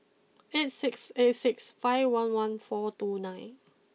eight six eight six five one one four two nine